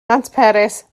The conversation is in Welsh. nantperis